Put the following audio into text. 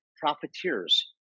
profiteers